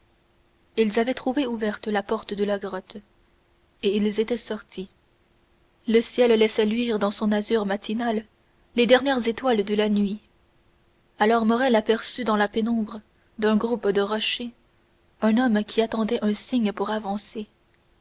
ils avaient trouvé ouverte la porte de la grotte et ils étaient sortis le ciel laissait luire dans son azur matinal les dernières étoiles de la nuit alors morrel aperçut dans la pénombre d'un groupe de rochers un homme qui attendait un signe pour avancer